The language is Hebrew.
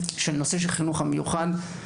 הנושא של חינוך מיוחד.